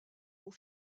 aux